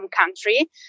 country